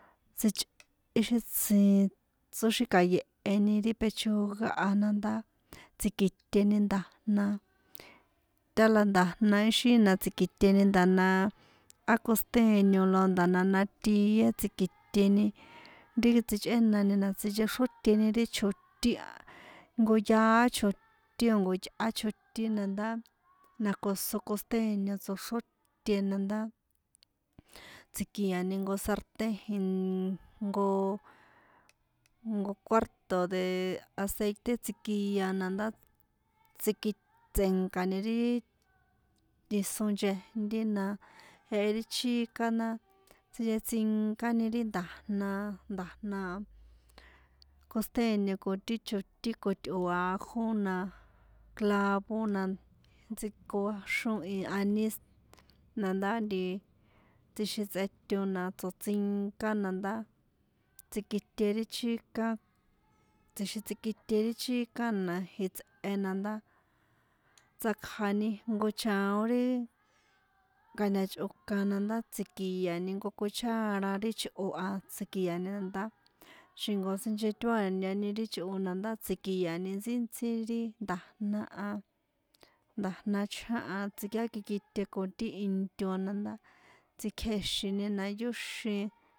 Tsich ixi tsj tsꞌóxíka̱ye̱heni ri pechuga a na ndá tsi̱kiteni nda̱jna tála ixi nda̱jna ixi na tsi̱kiṭena nda̱jna á costeño la nda̱jna jna tie tsi̱kiṭeni ri tsichꞌénani na sinchexróte ri chotín a jnko yaá chotín o̱ jnko yꞌá chotín na ndá na ko so costeño tsoxróte na ndá tsi̱kiani jnko sartén jnko jnko kuárto̱ de aceite tsikia na ndá tsiki tse̱nkani ri iso nchejnti na jehe ri chikana sinchetsinkani ri nda̱jna nda̱jna costeño ko ti chótin ko tꞌo̱ ajo na clavo na ntsíkuáxón i aniz na ndá nti tsjixin tsꞌeto na tsoṭsinka na ndá tsikite ri chika tsjixin tsikite ri chika na itsꞌe na ndá tsakjani jnko chaon ri kantachꞌokan na ndá tsi̱kia̱ni jnko cuchara ri chꞌo a tsi̱kia̱ni ndá xi̱nko sinchetuàña ri chꞌo na ndá tsi̱kia̱ni ntsíntsíi ri nda̱jna chján ha tsinkákite ko ti into a na ndá tsíkjéxini na yóxin.